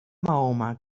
mahoma